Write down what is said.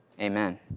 Amen